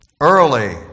Early